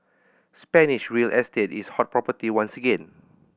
Spanish real estate is hot property once again